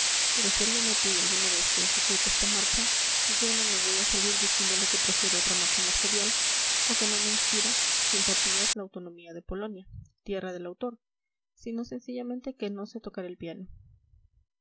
pero si alguien me pide alguna vez que ejecute esta marcha yo no me voy a salir diciéndole que prefiero otra marcha más jovial o que no me inspira simpatías la autonomía de polonia tierra del autor sino sencillamente que no sé tocar el piano